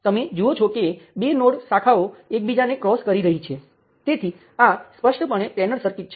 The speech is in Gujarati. તેથી આ વોલ્ટેજ સ્ત્રોત માટેની રજૂઆતને ફરીથી લખતા તે કરંટ નિયંત્રિત વોલ્ટેજ સ્ત્રોત જેવું જ બને છે જેનો અભ્યાસ આપણે પહેલાથી કર્યો છે